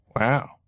Wow